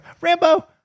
Rambo